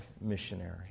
missionary